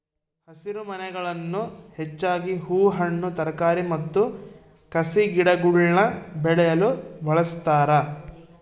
ಹಸಿರುಮನೆಗಳನ್ನು ಹೆಚ್ಚಾಗಿ ಹೂ ಹಣ್ಣು ತರಕಾರಿ ಮತ್ತು ಕಸಿಗಿಡಗುಳ್ನ ಬೆಳೆಯಲು ಬಳಸ್ತಾರ